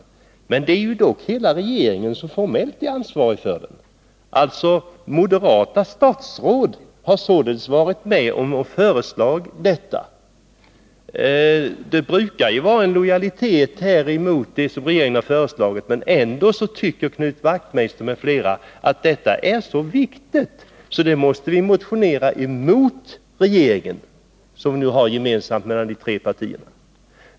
Formellt är dock hela regeringen ansvarig för propositionen. Moderata statsråd har alltså varit med och föreslagit detta. Det brukar ju finnas en lojalitet mot regeringens förslag, men Knut Wachtmeister och andra tycker att man måste motionera emot regeringen, som ju alla de tre borgerliga partierna står bakom.